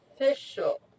official